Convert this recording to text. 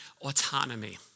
autonomy